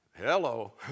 Hello